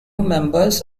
members